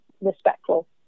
respectful